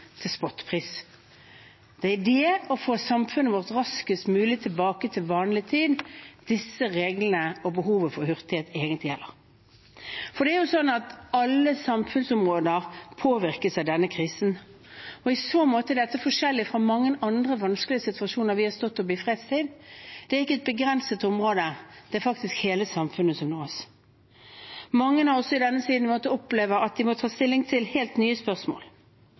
til spottpris. Det er det å få samfunnet vårt raskest mulig tilbake til det vanlige, disse reglene og behovet for hurtighet egentlig gjelder. Alle samfunnsområder påvirkes av denne krisen. I så måte er dette forskjellig fra mange andre vanskelige situasjoner vi har stått oppe i i fredstid. Det er ikke et begrenset område. Det er faktisk hele samfunnet som nås. Mange av oss kommer i denne tiden til å oppleve at de må ta stilling til helt nye spørsmål.